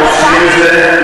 אורלי.